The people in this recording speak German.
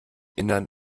innern